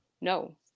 No